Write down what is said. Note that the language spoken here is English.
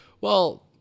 Well-